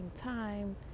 time